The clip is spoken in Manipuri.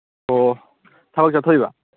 ꯑꯣ ꯊꯕꯛ ꯆꯠꯊꯣꯛꯏꯕ